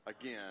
Again